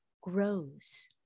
grows